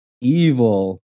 evil